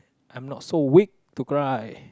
I'm not so weak to cry